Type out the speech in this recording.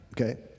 okay